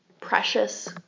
precious